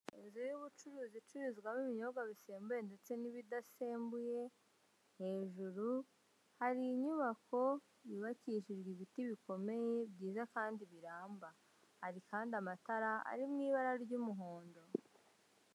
Inzu y'ubucuruzi icururizwamo ibinyobwa bisembuye ndetse n'ibidasembuye, hejuru hari inyubako yubakishijwe ibiti bikomeye byiza kandi biramba, hari kandi amatara ari mu ibara ry'umuhondo.